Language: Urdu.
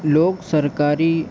لوگ سرکاری